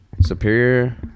Superior